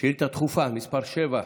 לשאילתה דחופה מס' 7,